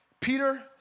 Peter